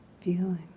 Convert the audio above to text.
feeling